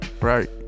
Right